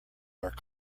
are